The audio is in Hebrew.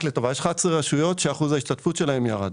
רק לטובה, יש 11 רשויות שאחוז ההשתתפות שלהם ירד.